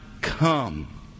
come